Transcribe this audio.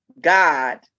God